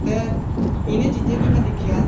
ते इ'नें चीजें गी में दिक्खेआ